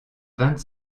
vingt